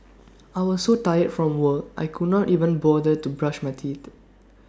I was so tired from work I could not even bother to brush my teeth